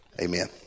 Amen